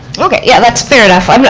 but okay, yeah, that's fair enough. i mean